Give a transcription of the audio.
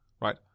right